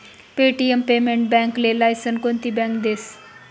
Paytm payment बॅकले license कोनती bank देस?